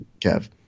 Kev